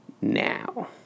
now